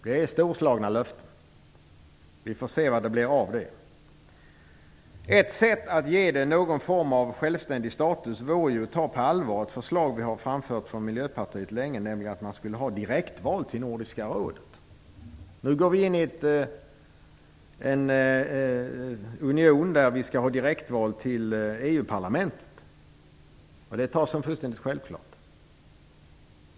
Det är storslagna löften. Vi får se vad det blir av det. Ett sätt att ge det samarbetet någon form av självständig status vore att ta ett förslag som vi från Miljöpartiet länge har framfört på allvar, nämligen att man skall ha direktval till Nordiska rådet. Vi går nu in i en union där vi skall ha direktval till EU-parlamentet. Det tas som helt självklart.